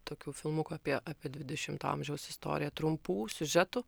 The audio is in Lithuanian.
tokių filmukų apie apie dvidešimto amžiaus istoriją trumpų siužetų